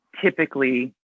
typically